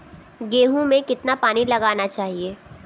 गेहूँ में कितना पानी लगाना चाहिए?